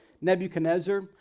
Nebuchadnezzar